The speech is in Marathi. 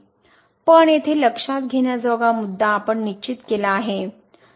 पण येथे लक्षात घेण्याजोगा मुद्दा आपण निश्चित केला आहे